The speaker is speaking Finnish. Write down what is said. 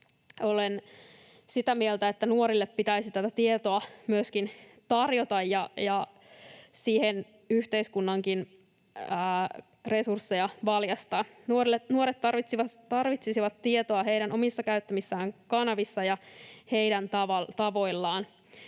olen sitä mieltä, että nuorille pitäisi tätä tietoa myöskin tarjota ja siihen yhteiskunnankin resursseja valjastaa. Nuoret tarvitsisivat tietoa heidän omissa käyttämissään kanavissa ja heidän tavoillaan,